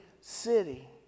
city